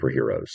superheroes